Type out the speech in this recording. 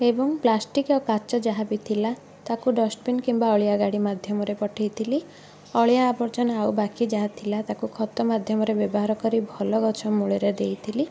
ଏବଂ ପ୍ଲାଷ୍ଟିକ୍ ଆଉ କାଚ ଯାହା ବି ଥିଲା ତାକୁ ଡଷ୍ଟବିନ୍ କିମ୍ବା ଅଳିଆ ଗାଡ଼ି ମାଧ୍ୟମରେ ପଠେଇଥିଲି ଅଳିଆ ଆବର୍ଜନା ଆଉ ବାକି ଯାହା ଥିଲା ତାକୁ ଖତ ମାଧ୍ୟମରେ ବ୍ୟବହାର କରି ଭଲ ଗଛ ମୂଳରେ ଦେଇଥିଲି